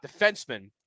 defenseman